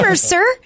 sir